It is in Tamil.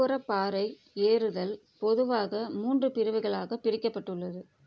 உட்புற பாறை ஏறுதல் பொதுவாக மூன்று பிரிவுகளாகப் பிரிக்கப்பட்டுள்ளது